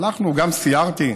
הלכנו, גם סיירתי.